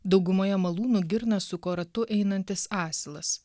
daugumoje malūnų girnas suko ratu einantis asilas